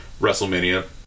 WrestleMania